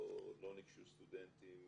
לא ניגשו סטודנטים